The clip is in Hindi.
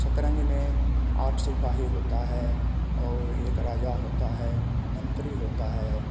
शतरंज में आठ सिपाही होता है और एक राजा होता है मंत्री होता है